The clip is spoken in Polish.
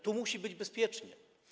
Tu musi być bezpiecznie.